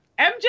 MJ